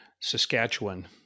Saskatchewan